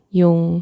yung